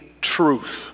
truth